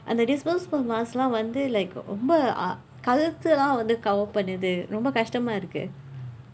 அந்த:andtha disposable mask எல்லா வந்து:ella vandthu like ரொம்ப:rompa ah கழுத்தையெல்லாம்:kazhuththaiyellaam cover பண்றது ரொம்ப கஷ்டமா இருக்கு:panrathu rompa kashdamaa irukku